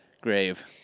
Grave